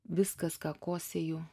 viskas ką kosėju